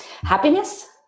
happiness